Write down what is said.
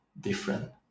different